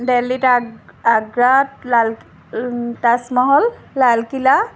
দেল্লীত আগ্ৰাত লাল তাজমহল লালকিল্লা